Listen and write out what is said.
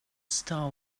star